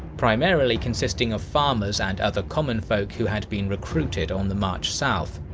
primarily consisting of farmers and other common folk who had been recruited on the march south.